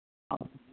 ꯑꯧ